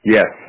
Yes